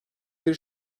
bir